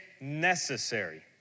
necessary